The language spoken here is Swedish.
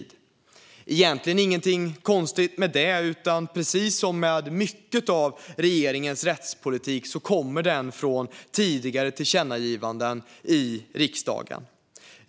Det är egentligen ingenting konstigt med det; mycket av regeringens rättspolitik kommer från tidigare tillkännagivanden från riksdagen.